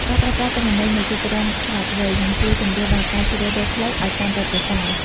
ការប្រើប្រាស់ទិន្នន័យនៃទីក្រុងឆ្លាតវៃ នឹងជួយសម្រួលដល់ការជ្រើសរើសផ្លូវឱ្យកាន់តែប្រសើរ។